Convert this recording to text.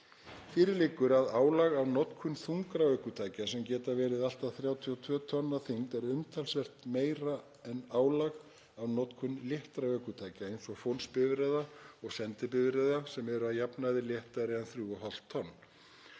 Fyrir liggur að álag af notkun þungra ökutækja sem geta verið allt að 32 tonn að þyngd er umtalsvert meira en álag af notkun léttra ökutæki eins og fólksbifreiða og sendibifreiða sem eru að jafnaði léttari en 3,5 tonn.